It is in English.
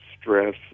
stress